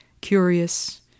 curious